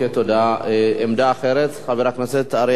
עמדה אחרת, חבר הכנסת אריה אלדד, בבקשה.